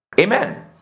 Amen